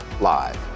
live